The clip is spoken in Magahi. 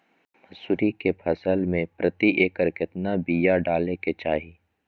मसूरी के फसल में प्रति एकड़ केतना बिया डाले के चाही?